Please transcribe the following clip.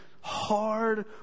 hard